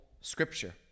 scripture